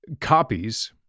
copies